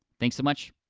thanks so much,